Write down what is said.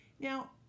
Now